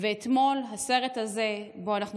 והסרט הזה מאתמול,